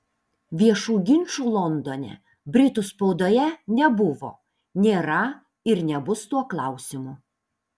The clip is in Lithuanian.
viešų ginčų londone britų spaudoje nebuvo nėra ir nebus tuo klausimu